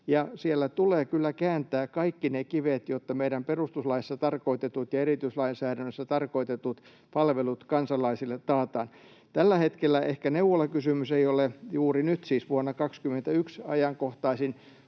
siellä tulee kyllä kääntää kaikki ne kivet, jotta meidän perustuslaissa tarkoitetut ja erityislainsäädännössä tarkoitetut palvelut kansalaisille taataan. Tällä hetkellä ehkä neuvolakysymys ei ole juuri nyt, siis vuonna 21, ajankohtaisin,